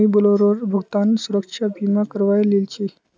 मुई बोलेरोर भुगतान सुरक्षा बीमा करवइ लिल छि